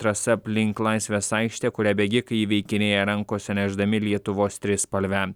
trasa aplink laisvės aikštę kurią bėgikai įveikinėja rankose nešdami lietuvos trispalvę